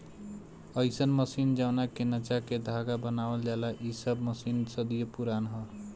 अईसन मशीन जवना के नचा के धागा बनावल जाला इ सब मशीन सदियों पुराना ह